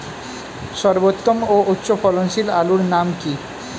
সর্বোত্তম ও উচ্চ ফলনশীল আলুর নাম কি?